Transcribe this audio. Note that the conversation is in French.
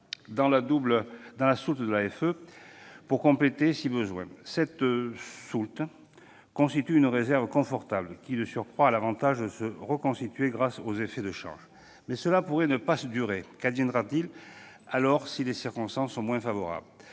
dans la soulte de l'AEFE pour compléter si besoin. Certes, cette soulte constitue une réserve confortable qui a de surcroît l'avantage de se reconstituer grâce aux effets de change, mais cela pourrait ne pas durer. Qu'adviendra-t-il si les circonstances sont moins favorables ?